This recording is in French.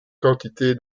quantité